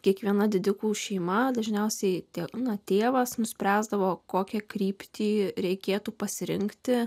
kiekviena didikų šeima dažniausiai nuo tėvas nuspręsdavo kokią kryptį reikėtų pasirinkti